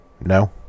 No